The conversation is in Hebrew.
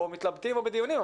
או מתלבטים או בדיונים,